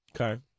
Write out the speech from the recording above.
Okay